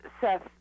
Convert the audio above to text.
Seth